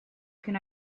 can